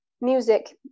music